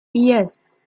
yes